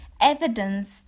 evidence